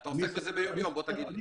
אתה עוסק בזה יום-יום, בוא תגיד לי.